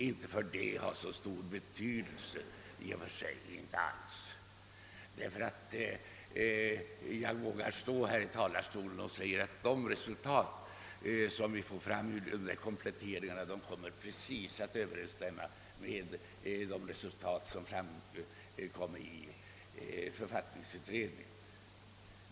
Väl har detta motionskrav inte någon större betydelse i och för sig, ty jag vågar stå här i talarstolen och säga att de resultat som vi får fram genom de föreslagna kompletteringarna exakt kommer att överensstämma med dem som framkom i författningsutredningen.